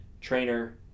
trainer